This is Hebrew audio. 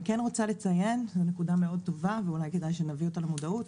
אני כן רוצה לציין שזו נקודה מאוד טובה ואולי כדאי שנביא אותה למודעות,